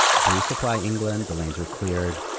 to resupply england. the lanes were cleared,